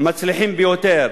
מצליחים במידה ניכרת ביותר.